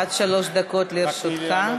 עד שלוש דקות לרשותך.